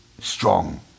strong